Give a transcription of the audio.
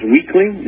Weekly